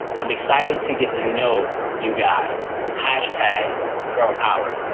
i'm excited to get to know you guys. hashtag girl power